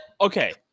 Okay